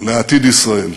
לעתיד ישראל.